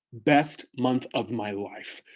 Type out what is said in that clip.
best month of my life.